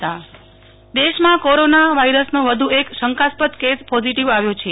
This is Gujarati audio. Nehal Thakkar corona positive case દેશમાં કોરોના વાયરસનો વધુ એક શંકાસ્પદ કેસ પોઝીટીવ આવ્યો છે